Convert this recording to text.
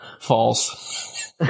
False